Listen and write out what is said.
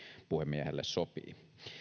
puhemiehelle sopii